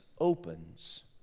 opens